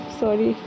sorry